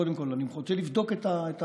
קודם כול אני רוצה לבדוק את העובדות.